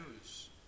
news